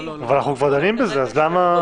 אבל אנחנו כבר דנים בזה, אז למה?